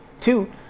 Two